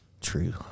True